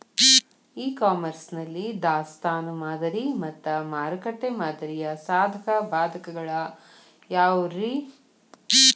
E commerce ನಲ್ಲಿ ದಾಸ್ತಾನು ಮಾದರಿ ಮತ್ತ ಮಾರುಕಟ್ಟೆ ಮಾದರಿಯ ಸಾಧಕ ಬಾಧಕಗಳ ಯಾವವುರೇ?